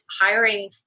hiring